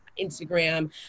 instagram